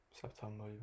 September